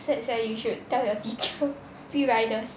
sad sia you should tell your teacher free riders